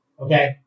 Okay